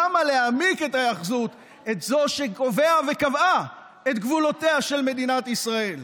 כמה להעמיק את ההיאחזות שקובעת וקבעה את גבולותיה של מדינת ישראל.